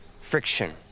friction